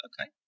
okay